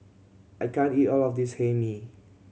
I can't eat all of this Hae Mee